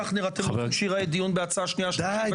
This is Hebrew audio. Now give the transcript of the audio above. כך נראה דיון בהצעה בקריאה שנייה ושלישית --- די,